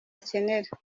akenera